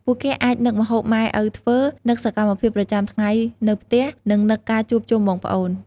ពួកគេអាចនឹកម្ហូបម៉ែឪធ្វើ នឹកសកម្មភាពប្រចាំថ្ងៃនៅផ្ទះ ឬនឹកការជួបជុំបងប្អូន។